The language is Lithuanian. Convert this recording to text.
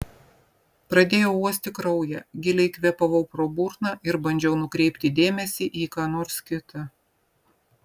pradėjau uosti kraują giliai kvėpavau pro burną ir bandžiau nukreipti dėmesį į ką nors kita